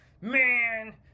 man